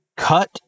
cut